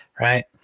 Right